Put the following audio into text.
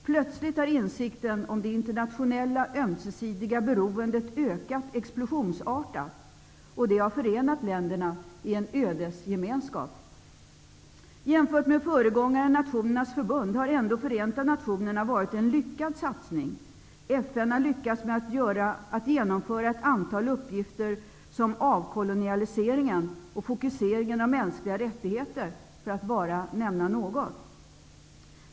Plöstligt har insikten om det internationella ömsesidiga beroendet ökat explosionsartat. Det har förenat länderna i en ödesgemenskap. Jämfört med föregångaren, Nationernas förbund, har ändå Förenta nationerna varit en lyckad satsning. FN har lyckats med att genomföra ett antal uppgifter, som avkolonialiseringen och fokuseringen av mänskliga rättigheter, för att bara nämna något.